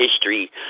history